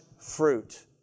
fruit